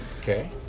Okay